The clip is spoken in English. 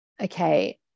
Okay